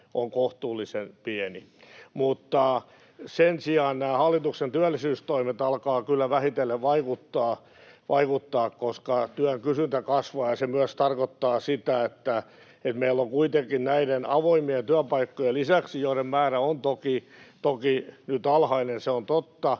on kohtuullisen pieni. Mutta sen sijaan nämä hallituksen työllisyystoimet alkavat kyllä vähitellen vaikuttaa, [Sosiaalidemokraattien ryhmästä: Väärään suuntaan!] koska työn kysyntä kasvaa. Se myös tarkoittaa sitä, että meillä on kuitenkin näiden avoimien työpaikkojen lisäksi — joiden määrä on toki nyt alhainen, se on totta